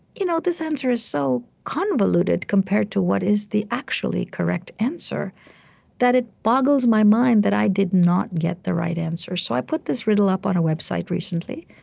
you know this answer is so convoluted compared to what is the actually correct answer that it boggles my mind that i did not get the right answer. so, i put this riddle up on a website recently,